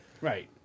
Right